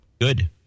Good